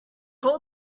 roll